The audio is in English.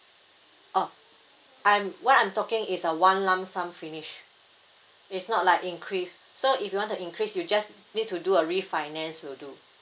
orh I'm what I'm talking is a one lump sum finish it's not like increase so if you want to increase you just need to do a refinance will do